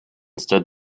stood